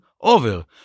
over